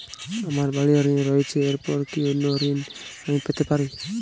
আমার বাড়ীর ঋণ রয়েছে এরপর কি অন্য ঋণ আমি পেতে পারি?